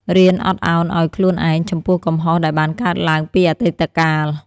រៀនអត់ឱនឱ្យខ្លួនឯង ចំពោះកំហុសដែលបានកើតឡើងពីអតីតកាល។